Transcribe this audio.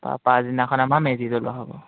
তাৰ পাছদিনাখন আমাৰ মেজি জ্বলোৱা হ'ব